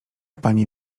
pani